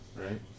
right